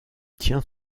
tient